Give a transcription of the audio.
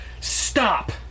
Stop